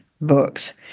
books